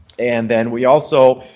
and then we also